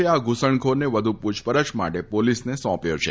એ આ ધૂસણખોરને વધુ પુછપરછ માટે પોલીસને સોંપ્યો છે